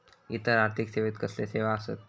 इतर आर्थिक सेवेत कसले सेवा आसत?